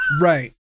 Right